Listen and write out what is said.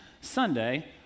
Sunday